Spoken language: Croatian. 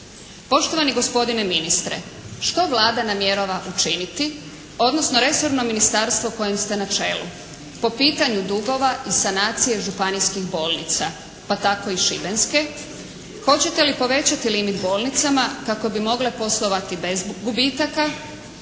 Poštovani gospodine ministre, što Vlada namjerava učiniti odnosno resorno ministarstvo kojem ste na čelu po pitanju dugova i sanacije županijskih bolnica, pa tako i šibenske? Hoćete li povećati limit bolnicama kako bi mogle poslovati bez gubitaka